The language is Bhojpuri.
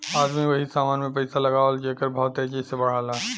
आदमी वही समान मे पइसा लगावला जेकर भाव तेजी से बढ़ला